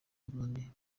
burundi